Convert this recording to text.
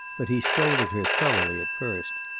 but he scolded her thoroughly at first.